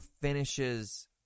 finishes